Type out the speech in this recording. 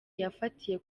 yafatiye